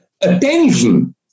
Attention